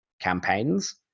campaigns